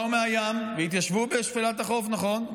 באו מהים והתיישבו בשפלת החוף, נכון.